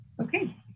Okay